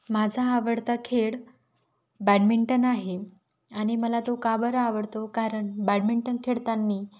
माझा आवडता खेळ बॅडमिंटन आहे आणि मला तो का बरं आवडतो कारण बॅडमिंटन खेळताना